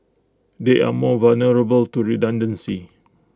they are more vulnerable to redundancy